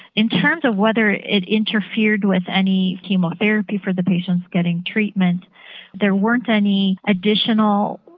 in terms of whether it interfered with any chemotherapy for the patients getting treatment there weren't any additional,